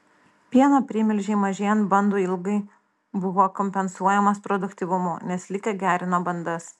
pieno primilžiai mažėjant bandų ilgai buvo kompensuojamas produktyvumu nes likę gerino bandas